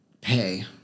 pay